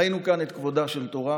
ראינו כאן את כבודה של תורה,